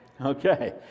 okay